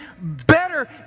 better